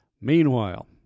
Meanwhile